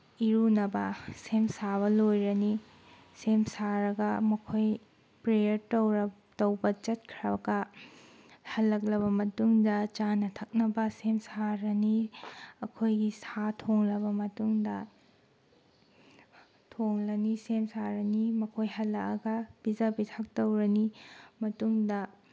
ꯏꯔꯨꯅꯕ ꯁꯦꯝ ꯁꯥꯕ ꯂꯣꯏꯔꯅꯤ ꯁꯦꯝ ꯁꯥꯔꯒ ꯃꯈꯣꯏ ꯄ꯭ꯔꯦꯌꯥꯔ ꯇꯧꯕ ꯆꯠꯈ꯭ꯔꯒ ꯍꯜꯂꯛꯂꯕ ꯃꯇꯨꯡꯗ ꯆꯥꯅ ꯊꯛꯅꯕ ꯁꯦꯝ ꯁꯥꯔꯅꯤ ꯑꯩꯈꯣꯏꯒꯤ ꯁꯥ ꯊꯣꯡꯂꯕ ꯃꯇꯨꯡꯗ ꯊꯣꯡꯂꯅꯤ ꯁꯦꯝ ꯁꯥꯔꯅꯤ ꯃꯈꯣꯏ ꯍꯜꯂꯛꯑꯒ ꯄꯤꯖ ꯄꯤꯊꯛ ꯇꯧꯔꯅꯤ ꯃꯇꯨꯡꯗ